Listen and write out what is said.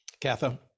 Katha